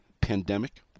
pandemic